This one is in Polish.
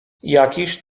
jakiż